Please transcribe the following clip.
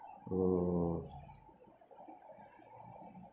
oh